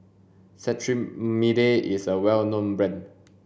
Cetrimide is a well known brand